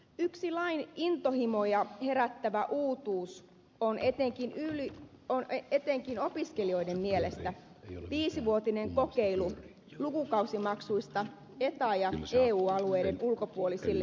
yksi lain intohimoja herättävä uutuus on etenkin opiskelijoiden mielestä viisivuotinen kokeilu lukukausimaksuista eta ja eu alueiden ulkopuolisille opiskelijoille